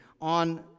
on